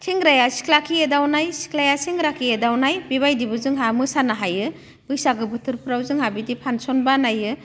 सेंग्राया सिख्लाखो एदावनाय सेंग्राया सिख्लाखो एदावनाय बेबायदिबो जोंहा मोसानो हायो बैसागो बोथोरफ्राव जोंहा बिदि फांसन बानायो